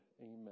Amen